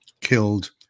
killed